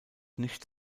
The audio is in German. nichts